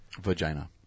Vagina